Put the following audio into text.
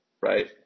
right